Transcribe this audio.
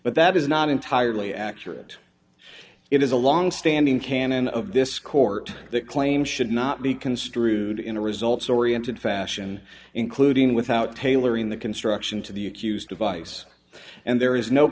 but that is not entirely accurate it is a long standing canon of this court that claim should not be construed in a results oriented fashion including without tailoring the construction to the accused device and there is no